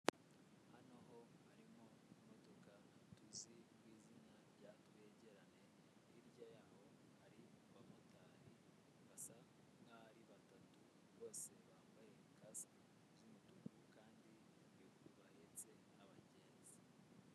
Hano ho harimo imodoka izwi ku izina rya twegerane hirya y'aho hari abamotari basa nkaho ari batatu bose bambaye kasike z'umutuku kandi bahetse abagenzi.